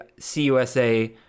CUSA